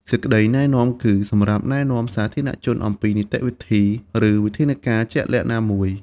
សេចក្តីណែនាំគឺ សម្រាប់ណែនាំសាធារណជនអំពីនីតិវិធី ឬវិធានការជាក់លាក់ណាមួយ។